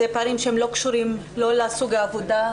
אלה פערים שלא קשורים לסוג העבודה,